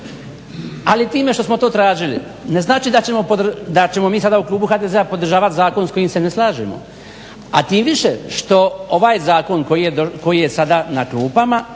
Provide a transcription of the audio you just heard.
Ali time što smo to tražili ne znači da ćemo mi sada u klubu HDZ-a podržavati zakon s kojim se ne slažemo, a tim više što ovaj zakon koji je sada na kupama